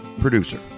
producer